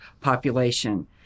population